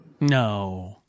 no